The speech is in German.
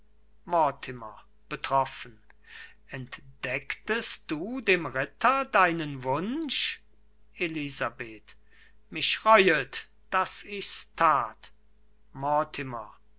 betroffen entdecktest du dem ritter deinen wunsch elisabeth mich reuet daß ich's tat